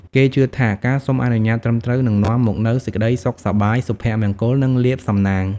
គេជឿថា ការសុំអនុញ្ញាតត្រឹមត្រូវ នឹងនាំមកនូវ សេចក្តីសុខសប្បាយ សុភមង្គល និងលាភសំណាង។